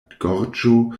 gorĝo